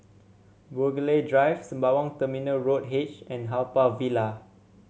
Burghley Drive Sembawang Terminal Road H and Haw Par Villa